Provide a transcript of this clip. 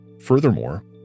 Furthermore